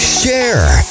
share